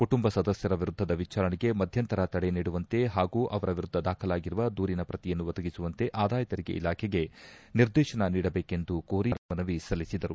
ಕುಟುಂಬ ಸದಸ್ಥರ ವಿರುದ್ದದ ವಿಚಾರಣೆಗೆ ಮಧ್ಯಂತರ ತಡೆ ನೀಡುವಂತೆ ಹಾಗೂ ಅವರು ವಿರುದ್ದ ದಾಖಲಾಗಿರುವ ದೂರಿನ ಪ್ರತಿಯನ್ನು ಒದಗಿಸುವಂತೆ ಆದಾಯ ತೆರಿಗೆ ಇಲಾಖೆಗೆ ನಿರ್ದೇತನ ನೀಡಬೇಕೆಂದು ಕೋರಿ ಅರ್ಜಿದಾರರು ಮೇಲ್ಗನವಿ ಸಲ್ಲಿಸಿದರು